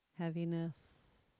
heaviness